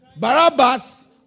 Barabbas